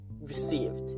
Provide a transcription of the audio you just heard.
received